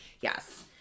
Yes